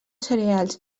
cereals